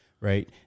right